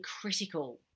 critical